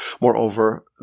Moreover